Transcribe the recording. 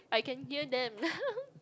I can hear them